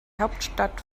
hauptstadt